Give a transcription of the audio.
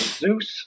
Zeus